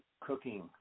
cooking